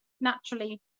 naturally